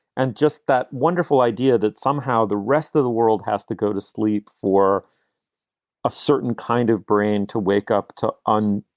and just that wonderful idea that somehow the rest of the world has to go to sleep for a certain kind of brain to wake up to on.